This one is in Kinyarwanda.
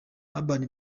urban